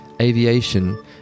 aviation